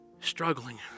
Struggling